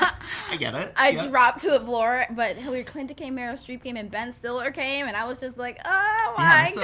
ah i get it. i drop to the floor. but hillary clinton came, meryl streep came, and ben stiller came. and i was just like, oh